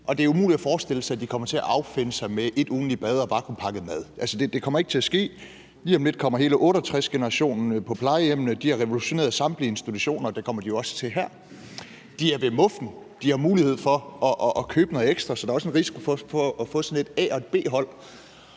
det er umuligt at forestille sig, at de kommer til at affinde sig med ét ugentligt bad og vakuumpakket mad – altså, det kommer ikke til at ske. Lige om lidt kommer hele 68-generationen på plejehjem. De har revolutioneret samtlige institutioner, og det kommer de jo også til her. De er ved muffen; de har mulighed for at købe noget ekstra, så der er også en risiko for at få sådan et A- og et B-hold.